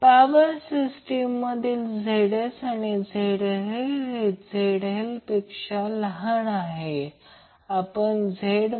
आता power system मधील Zsआणि Zl हे ZLपेक्षा लहान असतात